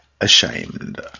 ashamed